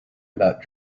about